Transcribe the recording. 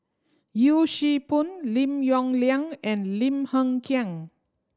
Yee Siew Pun Lim Yong Liang and Lim Hng Kiang